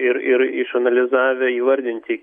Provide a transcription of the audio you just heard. ir ir išanalizavę įvardinti